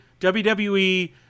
WWE